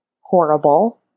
horrible